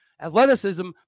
Athleticism